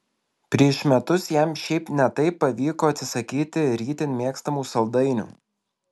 prieš metus jam šiaip ne taip pavyko atsisakyti ir itin mėgstamų saldainių